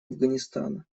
афганистана